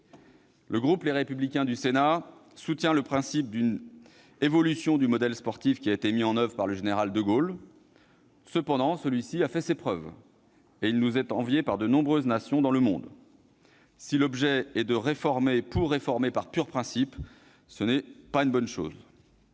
Le groupe Les Républicains du Sénat soutient le principe d'une évolution du modèle sportif qui a été mis en oeuvre par le général de Gaulle. Cependant, celui-ci a fait ses preuves, et il est envié par de nombreuses nations dans le monde ; si l'objet de ce texte est de réformer pour réformer, par pur principe, ce n'est pas une bonne chose.